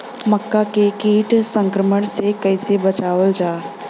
मक्का के कीट संक्रमण से कइसे बचावल जा?